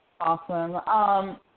awesome